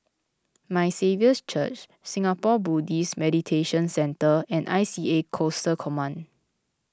My Saviour's Church Singapore Buddhist Meditation Centre and I C A Coastal Command